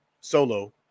solo